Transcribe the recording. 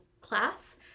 class